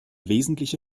wesentliche